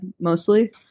mostly